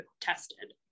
tested